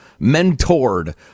mentored